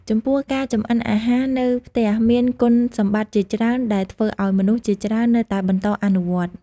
ចំពោះ ការចម្អិនអាហារនៅផ្ទះមានគុណសម្បត្តិជាច្រើនដែលធ្វើឱ្យមនុស្សជាច្រើននៅតែបន្តអនុវត្ត។